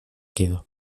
quedo